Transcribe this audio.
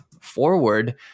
forward